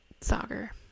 soccer